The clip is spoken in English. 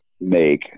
make